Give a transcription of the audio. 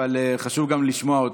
אבל חשוב גם לשמוע אותו.